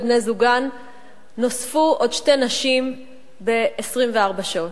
בני-זוגן נוספו עוד שתי נשים ב-24 שעות.